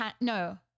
No